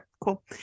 cool